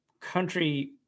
country